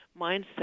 mindset